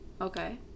Okay